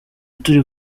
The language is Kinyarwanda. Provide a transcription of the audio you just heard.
turi